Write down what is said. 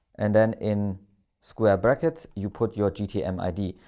and then in square brackets, you put your gtm id.